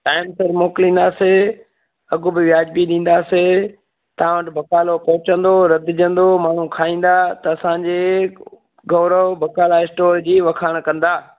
time सिर मोकिलिंदासीं अघ बि वाजिबी ॾींदासीं तव्हां वटि बकालो पहुचंदो रधिजंदो ऐं खाईंदा त असांजे गौरव बकाला स्टोर जी वखाण कंदा